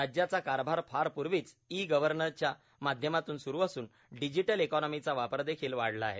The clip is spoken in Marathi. राज्याचा कारभार फारपूर्वीच ई गर्व्हनरच्या माध्यमातून सुरू असून डिजिटल इकॉनॉमीचा वापर देखील वाढला आहे